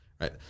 right